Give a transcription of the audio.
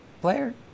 player